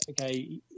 okay